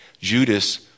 Judas